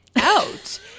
Out